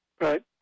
Right